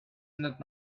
not